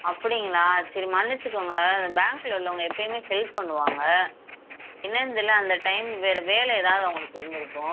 அப்படிங்ளா சரி மன்னிச்சுக்கோங்க பேங்க்கில் உள்ளவங்க எப்பைமே ஃபேஸ் பண்ணுவாங்க என்னன்னு தெரியல அந்த டைம் வேறு வேலை எதாவது அவங்களுக்கு இருந்துருக்கும்